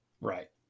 Right